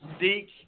Seek